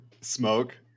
smoke